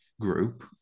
group